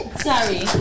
Sorry